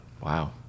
Wow